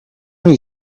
many